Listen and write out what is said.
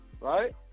right